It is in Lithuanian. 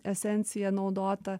esencija naudota